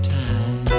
time